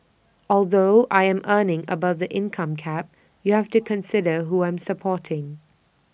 although I am earning above the income cap you have to consider who I am supporting